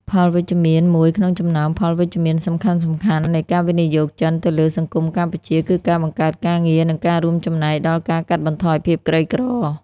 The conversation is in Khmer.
ផលវិជ្ជមានមួយក្នុងចំណោមផលវិជ្ជមានសំខាន់ៗនៃការវិនិយោគចិនទៅលើសង្គមកម្ពុជា គឺការបង្កើតការងារ និងការរួមចំណែកដល់ការកាត់បន្ថយភាពក្រីក្រ។